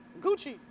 Gucci